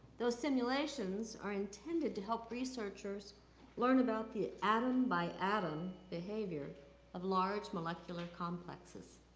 those simulations are intended to help researchers learn about the atom by atom behavior of large molecular complexes.